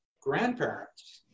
grandparents